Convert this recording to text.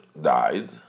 died